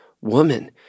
Woman